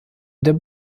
der